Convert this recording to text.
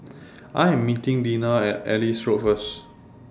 I Am meeting Dinah At Ellis Road First